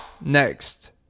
Next